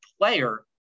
player